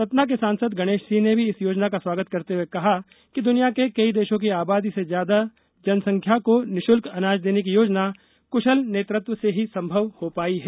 सतना के सांसद गणेश सिंह ने भी इस योजना का स्वागत करते हुए कहा कि दुनिया के कई देशों की आबादी से ज्यादा जनसंख्या को निशुल्क अनाज देने की योजना कुशल नेतृत्व से ही संभव हो पायी है